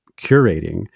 curating